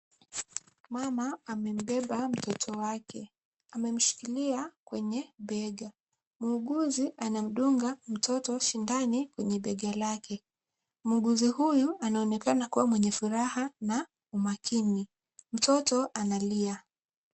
Mama amembeba mtoto wake. Amemshikilia kwenye bega. Muuguzi anamdunga mtoto sindano kwenye bega lake. Muuguzi huyu anaonekana kuwa mwenye furaha na makini. Mtoto analia.